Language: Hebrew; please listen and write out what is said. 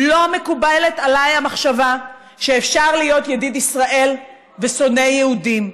לא מקובלת עליי המחשבה שאפשר להיות ידיד ישראל ושונא יהודים.